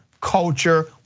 culture